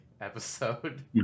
episode